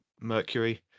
Mercury